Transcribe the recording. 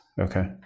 Okay